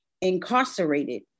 incarcerated